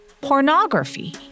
pornography